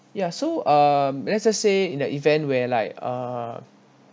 ya so um let's just say in the event where like uh